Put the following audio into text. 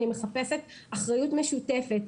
אני מחפשת אחריות משותפת.